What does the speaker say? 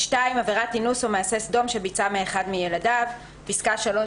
"(2)עבירת אינוס או מעשה סדום שביצע באחד מילדיו" פסקה (3)